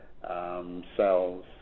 cells